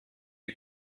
die